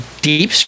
deep